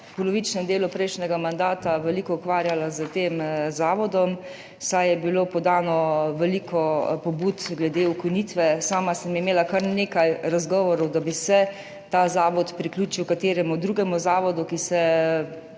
polovičnem delu prejšnjega mandata veliko ukvarjala s tem zavodom, saj je bilo podanih veliko pobud glede ukinitve. Sama sem imela kar nekaj razgovorov, da bi se ta zavod priključil kateremu drugemu zavodu, ki se ukvarja